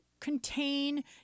contain